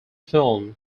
film